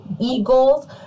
eagles